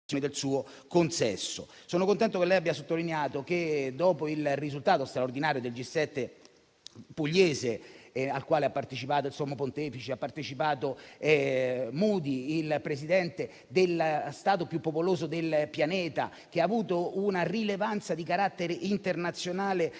del suo consesso. Sono contento che lei abbia sottolineato il risultato straordinario del G7 pugliese, al quale hanno partecipato il sommo Pontefice e Modi, il Presidente della Stato più popoloso del pianeta, che ha avuto una rilevanza di carattere internazionale